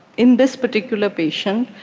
in this particular patient,